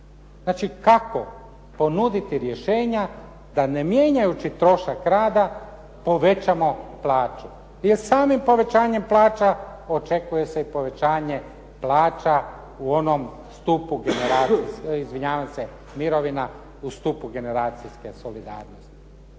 Znači kako ponuditi rješenja da ne mijenjajući trošak rada povećamo plaću, jer samim povećanjem plaća očekuje se i povećanje plaća u onom stupu. Izvinjavam se, mirovina